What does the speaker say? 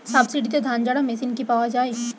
সাবসিডিতে ধানঝাড়া মেশিন কি পাওয়া য়ায়?